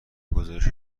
گزارش